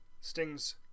Sting's